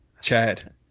Chad